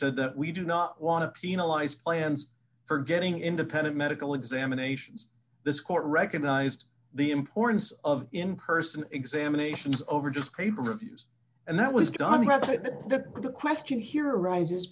said that we do not want to penalize plans for getting independent medical examinations this court recognized the importance of in person examinations over just paper reviews and that was done but the question here arises